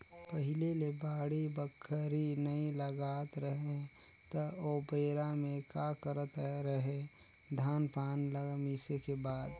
पहिले ले बाड़ी बखरी नइ लगात रहें त ओबेरा में का करत रहें, धान पान ल मिसे के बाद